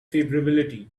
favorability